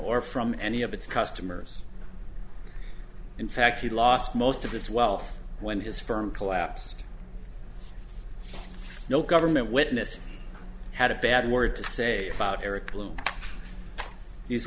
or from any of its customers in fact he lost most of his wealth when his firm collapsed no government witness had a bad word to say about